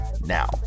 now